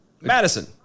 Madison